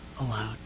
alone